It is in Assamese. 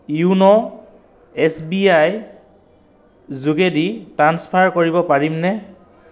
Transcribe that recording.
য়োনো এছ বি আইৰ যোগেদি ট্ৰাঞ্চফাৰ কৰিব পাৰিবনে